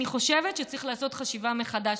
אני חושבת שצריך לעשות חשיבה מחדש.